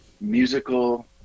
musical